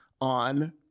on